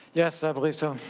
yes i believe so.